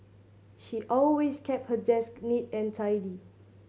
she always keep her desk neat and tidy